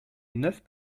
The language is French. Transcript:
neuf